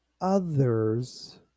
others